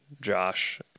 Josh